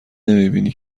نمیبینی